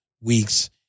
weeks